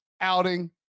outing